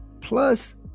plus